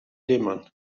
lehman